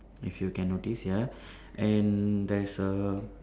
if you can notice ya and there's a